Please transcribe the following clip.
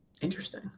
Interesting